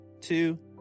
two